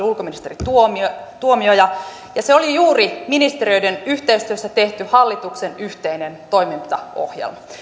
ulkoministeri tuomioja tuomioja ja se oli juuri ministeriöiden yhteistyössä tehty hallituksen yhteinen toimintaohjelma